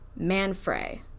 Manfrey